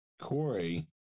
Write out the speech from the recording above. Corey